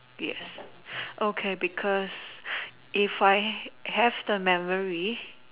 yes okay because if I have the memory